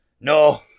No